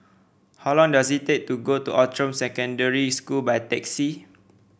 how long does it take to go to Outram Secondary School by taxi